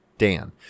Dan